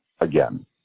again